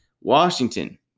Washington